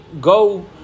go